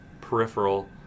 peripheral